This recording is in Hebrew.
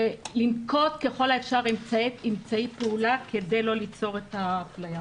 היא אמצעי פעולה כדי לא ליצור את האפליה.